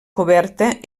coberta